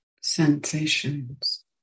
sensations